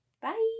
bye